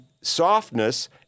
softness